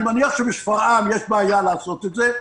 אני מניח שבשפרעם יש בעיה לעשות את זה,